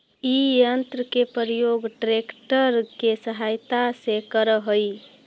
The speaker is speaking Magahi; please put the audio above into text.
इ यन्त्र के प्रयोग ट्रेक्टर के सहायता से करऽ हई